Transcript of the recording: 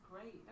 great